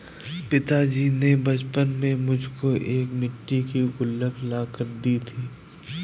पिताजी ने बचपन में मुझको एक मिट्टी की गुल्लक ला कर दी थी